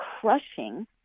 crushing